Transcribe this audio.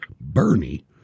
Bernie